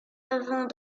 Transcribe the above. avant